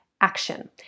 action